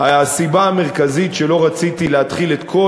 הסיבה המרכזית שלא רציתי להתחיל את כל